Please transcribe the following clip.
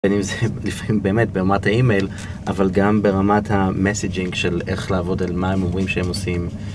לפעמים באמת ברמת האימייל, אבל גם ברמת המסג'ינג של איך לעבוד על מה הם אומרים שהם עושים.